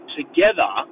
together